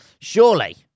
Surely